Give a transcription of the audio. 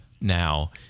now